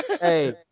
Hey